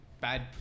Bad